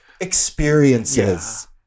Experiences